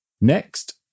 Next